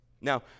Now